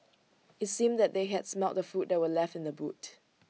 IT seemed that they had smelt the food that were left in the boot